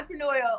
entrepreneurial